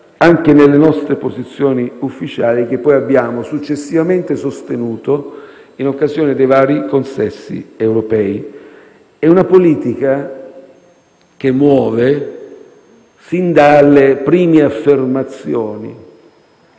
anche nelle nostre posizioni ufficiali che abbiamo successivamente sostenuto in occasione dei vari consessi europei. È una politica che muove, fin dalle prime affermazioni,